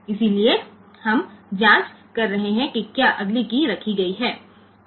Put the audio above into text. इसलिए हम जाँच कर रहे हैं कि क्या अगली कीय रखी गई है